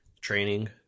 training